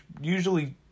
usually